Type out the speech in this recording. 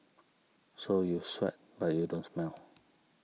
so you sweat but you don't smell